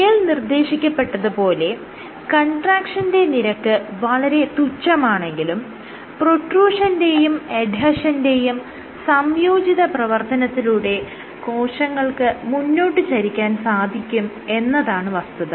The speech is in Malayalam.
മേൽ നിർദ്ദേശിക്കപ്പെട്ടത് പോലെ കൺട്രാക്ഷൻറെ നിരക്ക് വളരെ തുച്ഛമാണെങ്കിലും പ്രൊട്രൂഷന്റെയും എഡ്ഹെഷന്റെയും സംയോജിത പ്രവർത്തനത്തിലൂടെ കോശങ്ങൾക്ക് മുന്നോട്ട് ചരിക്കാൻ സാധിക്കും എന്നതാണ് വസ്തുത